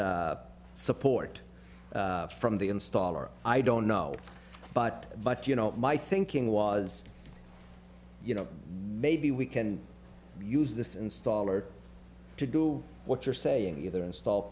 support from the installer i don't know but but you know my thinking was you know maybe we can use this installer to do what you're saying either install